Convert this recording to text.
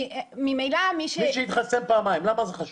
מי שהתחסן פעמיים, למה זה חשוב?